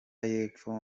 y’epfo